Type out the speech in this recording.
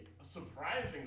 surprising